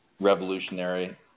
revolutionary